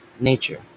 nature